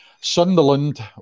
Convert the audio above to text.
Sunderland